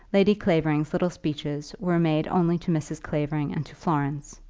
lady clavering's little speeches were made only to mrs. clavering and to florence.